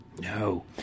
No